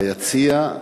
ביציע,